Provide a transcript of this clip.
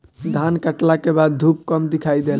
धान काटला के बाद धूप कम दिखाई देला